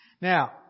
Now